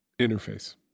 interface